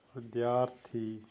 ਵਿਦਿਆਰਥੀ